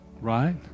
right